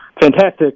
fantastic